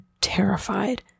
terrified